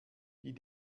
die